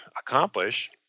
accomplish